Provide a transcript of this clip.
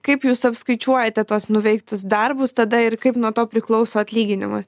kaip jūs apskaičiuojate tuos nuveiktus darbus tada ir kaip nuo to priklauso atlyginimas